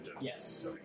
Yes